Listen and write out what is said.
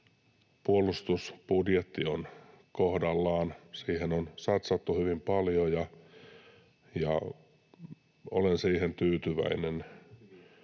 puolustusbudjetti on kohdallaan. Siihen on satsattu hyvin paljon, ja olen siihen tyytyväinen.